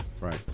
Right